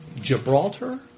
Gibraltar